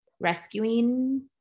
rescuing